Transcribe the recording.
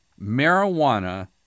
Marijuana